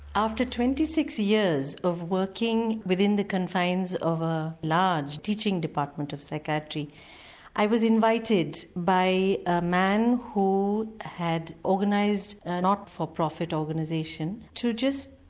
after twenty six years of working within the confines of a large teaching department of psychiatry i was invited by a man who had organised a not for profit organisation to just,